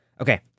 Okay